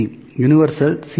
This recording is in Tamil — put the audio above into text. C universal C